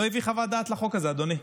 לא הביא חוות דעת לחוק הזה, אדוני.